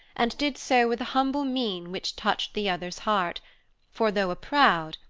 and did so with a humble mien which touched the other's heart for, though a proud,